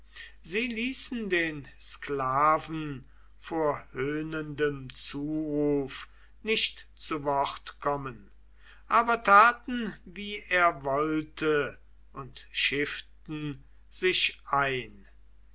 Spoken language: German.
sie ließen den sklaven vor höhnendem zuruf nicht zu worte kommen aber taten wie er wollte und schifften sich ein